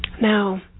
Now